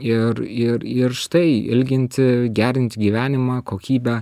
ir ir ir štai ilginti gerint gyvenimą kokybę